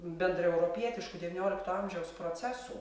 bendraeuropietiškų devyniolikto amžiaus procesų